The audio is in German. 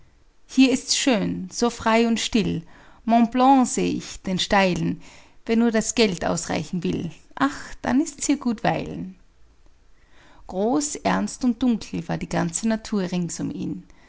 hier ist's schön so frei und still montblanc seh ich den steilen wenn nur das geld ausreichen will ach dann ist hier gut weilen groß ernst und dunkel war die ganze natur rings um ihn